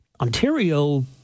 Ontario